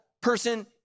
person